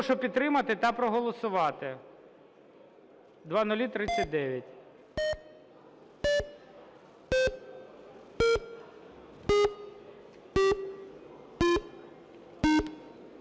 Прошу підтримати та проголосувати